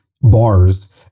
bars